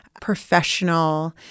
Professional